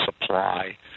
supply